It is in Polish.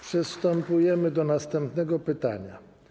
Przystępujemy do następnego pytania.